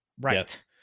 Right